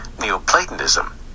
Neoplatonism